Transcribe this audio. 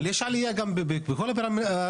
אבל יש עליה בכל הפרמטרים,